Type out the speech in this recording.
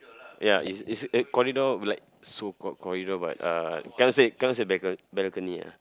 ya it's it's a corridor be like so called corridor but uh cannot say cannot say balcon~ balcony ah